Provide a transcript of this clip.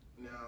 No